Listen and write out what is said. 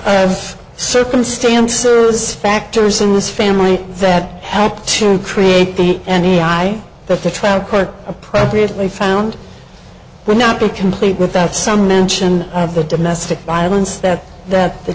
of circumstance service factors in this family that had to create the and a i that the trial court appropriately found will not be complete without some mention of the domestic violence that that the